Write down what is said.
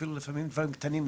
אפילו לפעמים דברים קטנים,